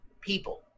people